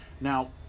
Now